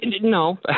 No